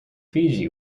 fiji